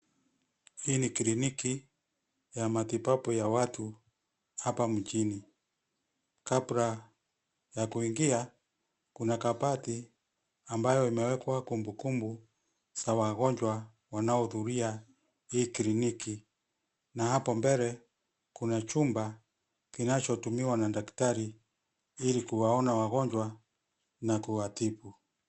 Hii ni kliniki ya matibabu ya watu hapa mjini. Kabla ya kuingia, kuna kabati ambayo imewekwa kumbukumbu za wagonjwa wanaohudhuria hii kiliniki na hapo mbele kuna chumba kinachotumiwa na daktari ili kuwaona wagonjwa na kuwatibu.